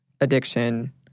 addiction